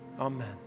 Amen